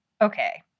Okay